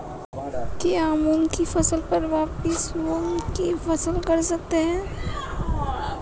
क्या मूंग की फसल पर वापिस मूंग की फसल कर सकते हैं?